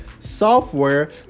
software